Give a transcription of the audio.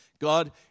God